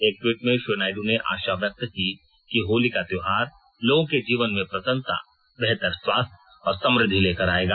एक ट्वीट में श्री नायडू ने आशा व्यक्त की कि होली का त्योहार लोगों के जीवन में प्रसन्नता बेहतर स्वास्थ और समृद्धि लेकर आएगा